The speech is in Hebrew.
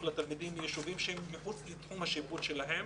לתלמידים מהישובים שהם מחוץ לתחום השיפוט שלהן.